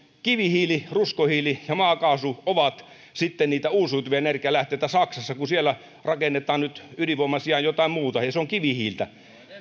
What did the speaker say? kivihiili ruskohiili ja maakaasu ovat sitten niitä uusiutuvia energianlähteitä saksassa kun siellä rakennetaan nyt ydinvoiman sijaan jotain muuta ja se on kivihiiltä